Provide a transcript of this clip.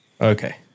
Okay